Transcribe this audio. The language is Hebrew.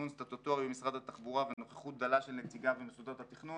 סטטוטורי במשרד התחבורה ונוכחות דלה של נציגיו במוסדות התכנון.